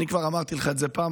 אני כבר אמרתי לך את זה פעם,